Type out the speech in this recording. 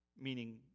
Meaning